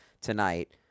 tonight